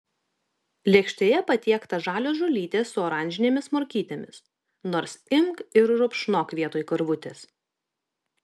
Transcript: lėkštėje patiekta žalios žolytės su oranžinėmis morkytėmis nors imk ir rupšnok vietoj karvutės